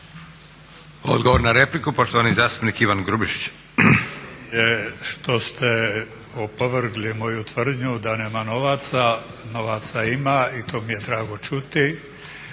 Odgovor na repliku poštovani zastupnik Ivan Grubišić. **Grubišić, Ivan (Nezavisni)** Što ste opovrgli moju tvrdnju da nema novaca, novac ima i to mi je drago čuti,